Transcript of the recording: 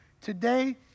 today